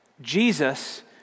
Jesus